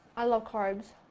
i love carbs.